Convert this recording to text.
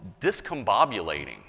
discombobulating